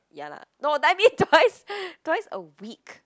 ya lah no I mean twice twice a week